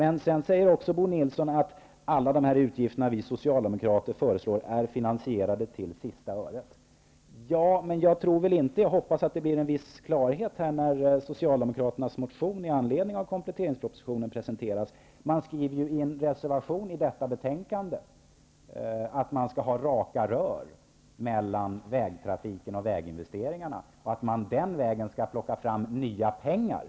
Sedan säger Bo Nilsson också att alla de utgifter som Socialdemokraterna föreslår är finansierade till sista öret. Jag hoppas få en viss klarhet i detta när Socialdemokraternas motion i anledning av kompletteringspropositionen presenteras. Man skriver i en reservation till detta betänkande att man skall ha raka rör mellan vägtrafiken och väginvesteringarna och att man den vägen skall plocka fram nya pengar.